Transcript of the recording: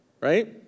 right